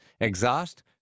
exhaust